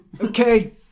Okay